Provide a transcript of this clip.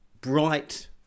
bright